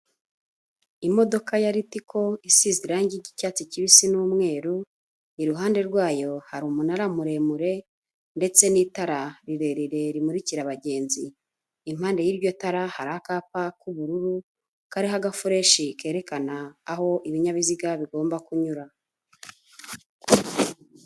Imodoka ya Rirco, isize irangi ry'icyatsi kibisi n'umweru, iruhande rwayo hari umunara muremure ndetse n'itara rirerire rimurikira abagenzi, impande y'iryo tara hari akapa k'ubururu kariho agakoreshi kerekana aho ibinyabiziga bigomba kunyura.